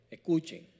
Escuchen